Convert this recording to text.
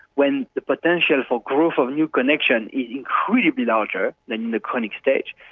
when the potential for growth of new connection is incredibly larger than in the chronic stage,